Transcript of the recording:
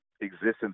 existence